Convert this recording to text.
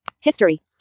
History